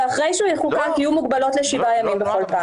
יהיו מוגבלות לשבעה ימים בכל פעם.